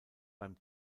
beim